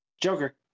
Joker